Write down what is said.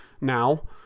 now